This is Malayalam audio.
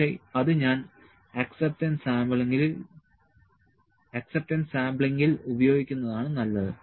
പക്ഷേ അത് ഞാൻ അക്സെപ്റ്റൻസ് സാംപ്ലിങ്ങിൽ ഉപയോഗിക്കുന്നതാണ് നല്ലത്